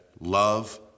love